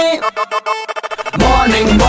morning